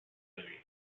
movie